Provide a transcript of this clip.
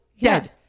Dead